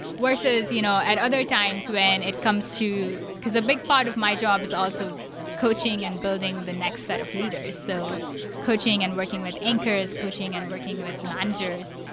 versus you know at other times when it comes to because a big part of my job is also coaching and building the next set of leaders, so coaching and working with anchors, coaching and working with managers.